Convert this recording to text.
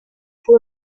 fue